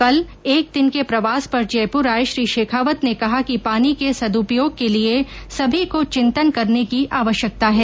कल एक दिन के प्रवास पर जयपुर आये श्री शेखावत ने कहा कि पानी के सद्रपयोग के लिए सभी को चिंतन करने की आवश्यकता है